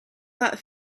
that